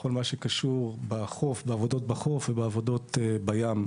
בכל מה שקשור בעבודות בחוף ובעבודות ביום,